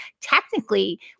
technically